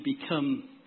become